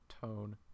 tone